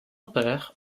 père